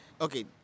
okay